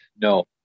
No